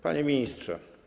Panie Ministrze!